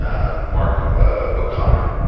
ah mark o'connor.